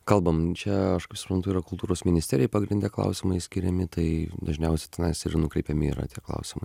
kalbam čia aišku kaip suprantu yra kultūros ministerijai pagrindė klausimai skiriami tai dažniausiai tenais ir nukreipiami yra tie klausimai